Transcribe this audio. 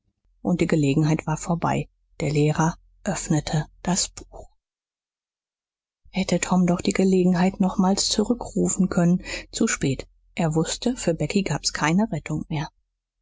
und die gelegenheit war vorbei der lehrer öffnete das buch hätte tom doch die gelegenheit nochmals zurückrufen können zu spät er wußte für becky gab's keine rettung mehr